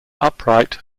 upright